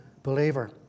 believer